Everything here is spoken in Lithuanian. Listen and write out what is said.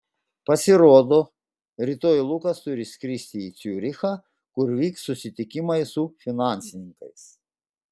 pasirodo rytoj lukas turi skristi į ciurichą kur vyks susitikimai su finansininkais